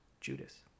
Judas